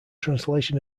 translation